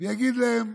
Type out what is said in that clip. ויגיד להם: